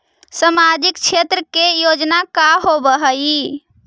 सामाजिक क्षेत्र के योजना का होव हइ?